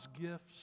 gifts